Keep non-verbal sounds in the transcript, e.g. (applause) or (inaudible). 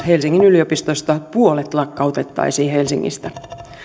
(unintelligible) helsingin yliopistosta puolet lakkautettaisiin helsingistä